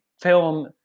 film